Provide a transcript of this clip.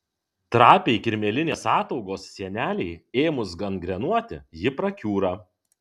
trapiai kirmėlinės ataugos sienelei ėmus gangrenuoti ji prakiūra